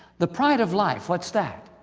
the pride of life, what's that?